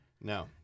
No